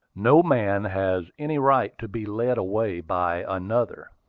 no man has any right to be led away by another.